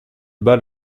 bat